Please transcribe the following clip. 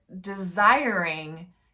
desiring